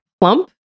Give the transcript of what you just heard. plump